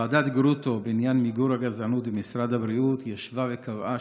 ועדת גרוטו בעניין מיגור הגזענות במשרד הבריאות ישבה וקבעה